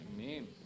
Amen